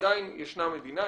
עדין ישנה מדינה,